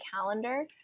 calendar